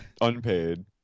unpaid